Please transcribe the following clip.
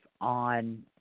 on